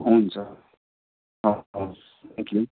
हुन्छ हवस् थ्याङ्क्यु